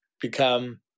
become